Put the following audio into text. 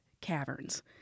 caverns